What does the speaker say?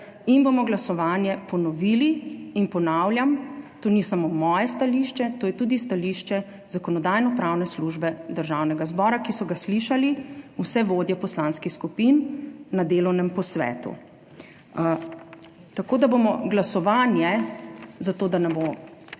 in bomo glasovanje ponovili. Ponavljam, to ni samo moje stališče, to je tudi stališče Zakonodajno-pravne službe Državnega zbora, ki so ga slišali vsi vodje poslanskih skupin na delovnem posvetu. Tako da bomo glasovanje, zato da ne bo